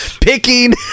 picking